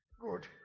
Good